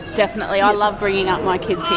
definitely, i love bringing up my kids here.